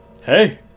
Hey